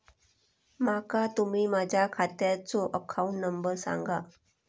माका तुम्ही माझ्या खात्याचो अकाउंट नंबर सांगा?